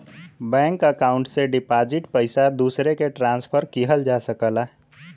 bank account से deposit पइसा दूसरे के ट्रांसफर किहल जा सकला